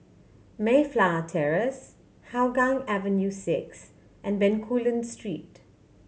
Mayflower Terrace Hougang Avenue Six and Bencoolen Street